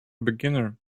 beginner